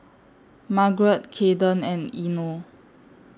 Margaret Kayden and Eino